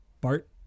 Bart